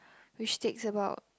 which takes about